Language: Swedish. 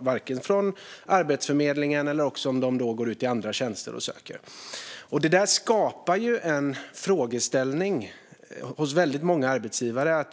varken från Arbetsförmedlingen eller från andra tjänster. Detta skapar en frågeställning hos väldigt många arbetsgivare.